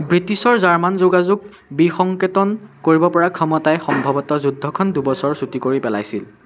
ব্ৰিটিছৰ জাৰ্মান যোগাযোগ বিসংকেতন কৰিবপৰা ক্ষমতাই সম্ভৱতঃ যুদ্ধখন দুবছৰ চুটি কৰি পেলাইছিল